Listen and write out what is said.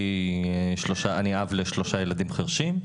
אב לשלושה ילדים חירשים.